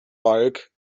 bulk